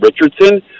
Richardson